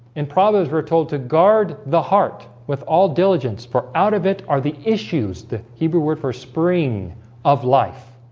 and prabhas were told to guard the heart with all diligence for out of it are the issues the hebrew word for spring of life